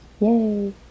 yay